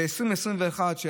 ב-2021,